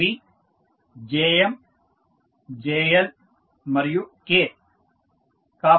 అవి Jm JL మరియు K